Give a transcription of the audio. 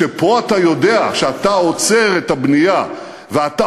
כשפה אתה יודע שאתה עוצר את הבנייה ואתה